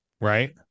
Right